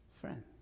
friend